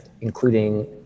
including